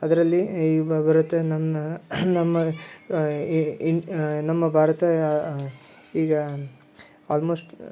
ಅದರಲ್ಲಿ ಈ ನನ್ನ ನಮ್ಮ ಈ ಈ ನಮ್ಮ ಭಾರತ ಈಗ ಆಲ್ಮೋಶ್ಟ್